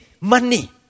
money